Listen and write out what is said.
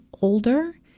older